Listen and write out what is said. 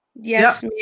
yes